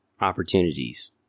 opportunities